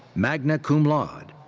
magna cum laude.